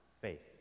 faith